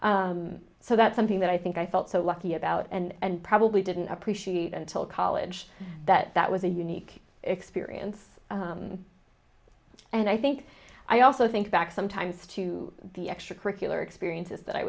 so that's something that i think i felt so lucky about and probably didn't appreciate until college that that was a unique experience and i think i also think back sometimes to the extracurricular